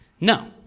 No